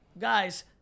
Guys